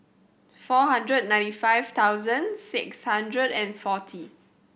four hundred ninety five thousand six hundred and forty